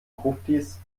gruftis